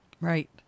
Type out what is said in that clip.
Right